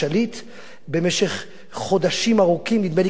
במשך חודשים ארוכים, נדמה לי כמעט שנתיים,